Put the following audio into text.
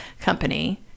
company